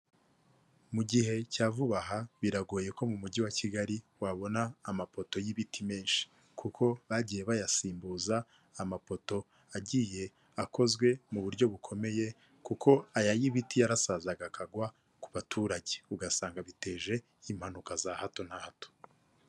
Mu gihe cya vuba aha, biragoye ko mu mujyi wa Kigali wabona amapoto y'ibiti menshi, kuko bagiye bayasimbuza amapoto agiye akozwe mu buryo bukomeye, kuko aya y'ibiti yarasazaga akagwa ku baturage, ugasanga biteje impanuka za hato na hato.